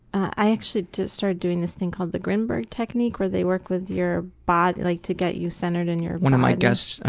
i actually just started doing this thing called the grinberg technique where they work with your body, like to get you centered and p one of my guests,